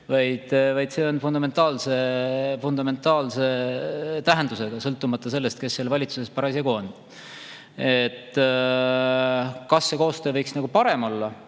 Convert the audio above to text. vaid see on fundamentaalse tähtsusega, sõltumata sellest, kes valitsuses parasjagu on. Kas see koostöö võiks parem olla?